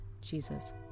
Jesus